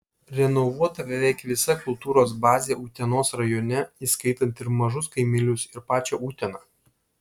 renovuota beveik visa kultūros bazė utenos rajone įskaitant ir mažus kaimelius ir pačią uteną